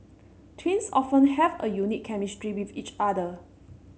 twins often have a unique chemistry with each other